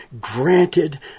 granted